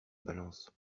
balance